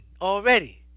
already